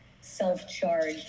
self-charge